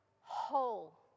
whole